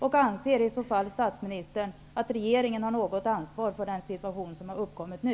Och anser statsministern i så fall att regeringen har något ansvar för den situation som har uppkommit nu?